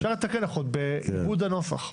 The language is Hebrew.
אפשר לתקן בעיבוד הנוסח.